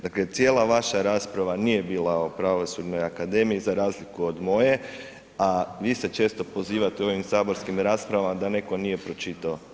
Dakle cijela vaša rasprava nije bila o Pravosudnoj akademiji, za razliku od moje, a vi se često pozivate u ovim saborskim raspravama da netko nije pročitao